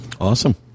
Awesome